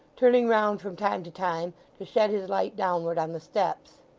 turning round from time to time to shed his light downward on the steps.